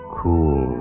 cool